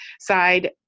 side